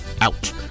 out